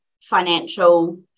financial